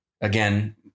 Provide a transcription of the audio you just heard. again